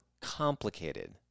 complicated